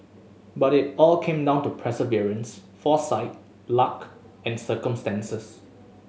but it all came down to perseverance foresight luck and circumstances